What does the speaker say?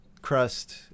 crust